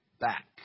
back